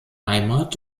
heimat